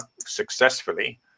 successfully